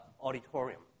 auditorium